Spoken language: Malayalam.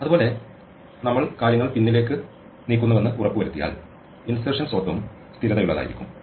അതുപോലെ നമ്മൾ കാര്യങ്ങൾ പിന്നിലേക്ക് നീക്കുന്നുവെന്ന് ഉറപ്പുവരുത്തിയാൽ ഇൻസെർഷൻ സോർട്ടും സ്ഥിരതയുള്ളതായിരിക്കും